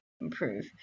improve